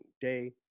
day